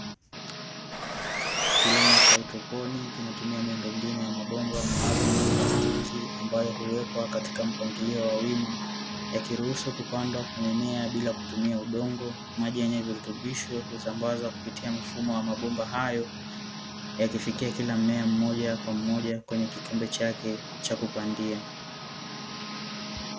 Kilimo cha haidroponi kinatumia miundombinu ya mabomba maalumu ya plastiki ambayo huwekwa katika mpangilio wa wima, yakiruhusu kupandwa kwa mimea bila kutumia udongo, maji yenye virutubisho husambazwa kupitia mfumo wa mabomba hayo yakifikia kila mmea mmoja kwa mmoja kwenye kikombe chake cha kupandia.